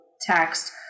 text